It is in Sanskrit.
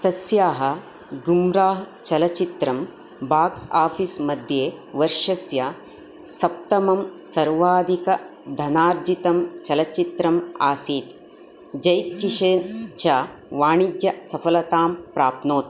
तस्याः गुम्राह् चलच्चित्रं बाक्स् आफ़िस् मध्ये वर्षस्य सप्तमं सर्वाधिकधनार्जितं चलच्चित्रम् आसीत् जय् किशेन् च वाणिज्यसफलतां प्राप्नोत्